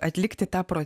atlikti tą pro